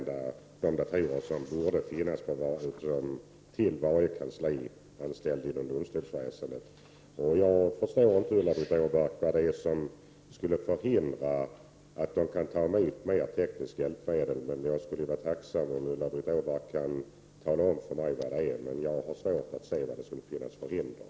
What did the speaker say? Datorer borde finnas till varje kanslianställd inom domstolsväsendet. Jag förstår inte, Ulla-Britt Åbark, vad det är som skulle förhindra att domstolarna tar emot mer tekniska hjälpmedel, och jag skulle vara tacksam om Ulla-Britt Åbark kunde tala om det för mig. Jag har alltså svårt att se vad det skulle finnas för hinder.